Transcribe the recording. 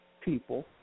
people